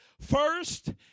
First